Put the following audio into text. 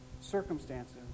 circumstances